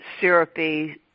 syrupy